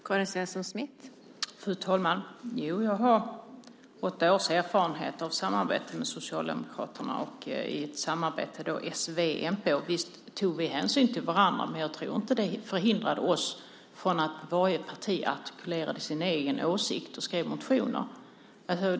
Fru talman! Jag har åtta års erfarenhet av samarbete med Socialdemokraterna. I samarbetet mellan s, v och mp tog vi hänsyn till varandra, men jag tror inte att det förhindrade att varje parti artikulerade sin egen åsikt och skrev motioner.